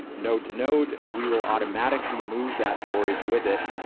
node to node, we will automatically move that storage with it,